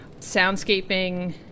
Soundscaping